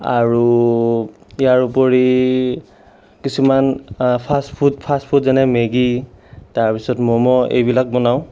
আৰু ইয়াৰ উপৰি কিছুমান ফাষ্ট ফুড ফাষ্ট ফুড যেনে মেগী তাৰপিছত মমো এইবিলাক বনাওঁ